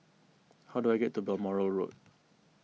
how do I get to Balmoral Road